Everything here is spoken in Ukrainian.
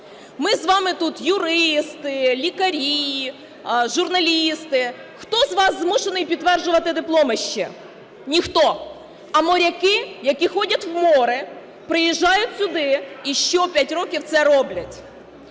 Ми з вами тут юристи, лікарі, журналісти. Хто з вас змушений підтверджувати дипломи ще? Ніхто. А моряки, які ходять в море, приїжджають сюди і щоп'ять років це роблять.